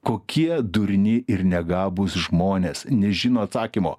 kokie durni ir negabūs žmonės nežino atsakymo